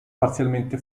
parzialmente